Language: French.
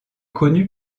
connu